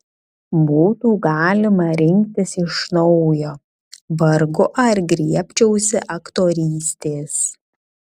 būtų galima rinktis iš naujo vargu ar griebčiausi aktorystės